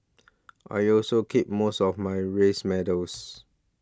I also keep most of my race medals